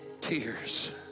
tears